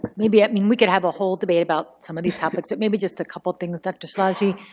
maybe i mean we could have a whole debate about some of these topics. but maybe just a couple things, dr. szilagyi.